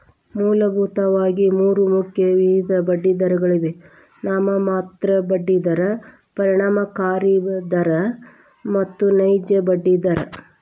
ಮೂಲಭೂತವಾಗಿ ಮೂರು ಮುಖ್ಯ ವಿಧದ ಬಡ್ಡಿದರಗಳಿವೆ ನಾಮಮಾತ್ರ ಬಡ್ಡಿ ದರ, ಪರಿಣಾಮಕಾರಿ ದರ ಮತ್ತು ನೈಜ ಬಡ್ಡಿ ದರ